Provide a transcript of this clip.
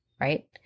Right